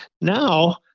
Now